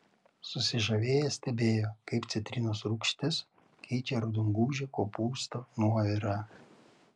susižavėję stebėjo kaip citrinos rūgštis keičia raudongūžio kopūsto nuovirą